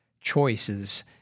choices